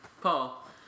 Paul